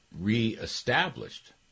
reestablished